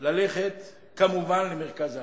ללכת כמובן למרכז הארץ.